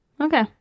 okay